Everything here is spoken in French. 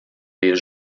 les